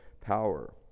power